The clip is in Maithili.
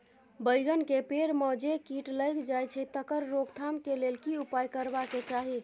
बैंगन के पेड़ म जे कीट लग जाय छै तकर रोक थाम के लेल की उपाय करबा के चाही?